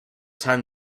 time